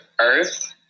earth